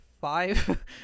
five